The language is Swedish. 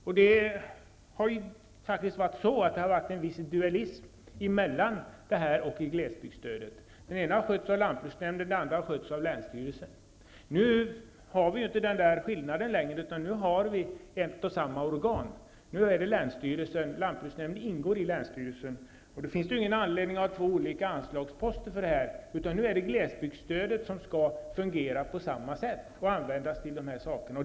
Det har faktiskt varit något av en dualism mellan detta stöd och glesbygdsstödet. Det ena stödet har skötts av lantbruksnämnden, det andra av länsstyrelsen. Nu finns inte denna skillnad längre, utan nu handläggs båda stöden av ett och samma organ. Det är länsstyrelsen -- lantbruksnämnden ingår i länsstyrelsen -- och då finns det ju ingen anledning att ha två olika anslagsposter, utan det är glesbydsstödet som skall användas för dessa ändamål.